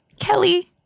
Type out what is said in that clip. Kelly